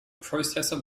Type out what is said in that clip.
processor